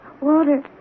Walter